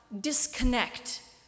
disconnect